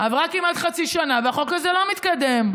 עברה כמעט חצי שנה, והחוק הזה לא מתקדם.